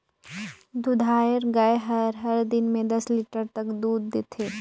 दूधाएर गाय हर दिन में दस लीटर तक दूद देथे